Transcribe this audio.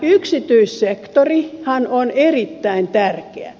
yksityissektorihan on erittäin tärkeä